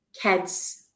kids